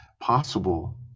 possible